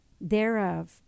thereof